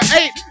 eight